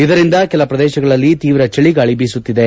ಇದರಿಂದ ಕೆಲ ಪ್ರದೇಶಗಳಲ್ಲಿ ತೀವ್ರ ಶೀತಗಾಳಿ ಬೀಸುತ್ತಿದೆ